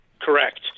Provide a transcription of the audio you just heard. Correct